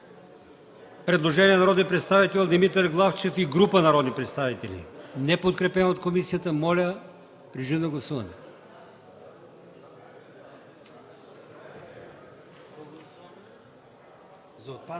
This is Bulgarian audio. предложение на народния представител Димитър Главчев и група народни представители, което не е подкрепено от комисията. Моля, режим на гласуване. Гласували